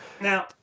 Now